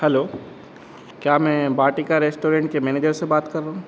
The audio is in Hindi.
हलो क्या मैं वाटिका रेस्टोरेंट के मैनेजर से बात कर रहा हूँ